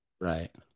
Right